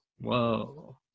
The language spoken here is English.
Whoa